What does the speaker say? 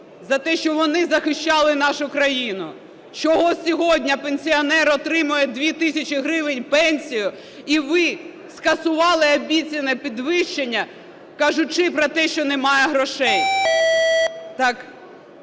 за те, що вони захищали нашу країну. Чого сьогодні пенсіонер отримає 2 тисячі гривень пенсію, і ви скасували обіцяне підвищення, кажучи про те, що немає грошей?